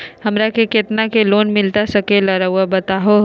हमरा के कितना के लोन मिलता सके ला रायुआ बताहो?